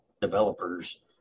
developers